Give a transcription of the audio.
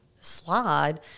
slide